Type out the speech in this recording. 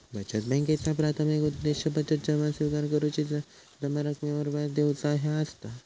बचत बॅन्कांचा प्राथमिक उद्देश बचत जमा स्विकार करुची, जमा रकमेवर व्याज देऊचा ह्या असता